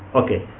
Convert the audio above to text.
okay